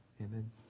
Amen